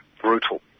brutal